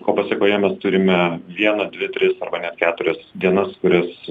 ko pasekoje mes turime vieną dvi tris arba net keturias dienas kurias